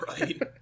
Right